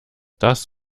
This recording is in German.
das